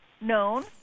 known